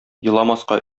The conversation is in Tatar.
еламаска